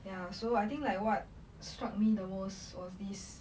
ya so I think like what struck me the most was these